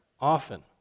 Often